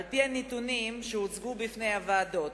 על-פי הנתונים שהוצגו בפני הוועדות,